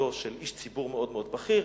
בתו של איש ציבור מאוד מאוד בכיר,